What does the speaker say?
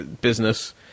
business